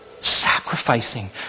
Sacrificing